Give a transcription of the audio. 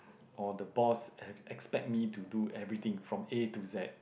or the boss have expect me to do everything from A to Z